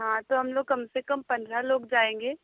हाँ तो हम लोग कम से कम पंद्रह लोग जाएंगे